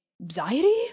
Anxiety